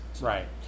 Right